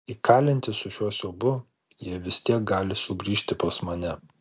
įkalinti su šiuo siaubu jie vis tiek gali sugrįžti pas mane